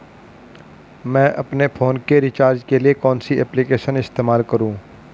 मैं अपने फोन के रिचार्ज के लिए कौन सी एप्लिकेशन इस्तेमाल करूँ?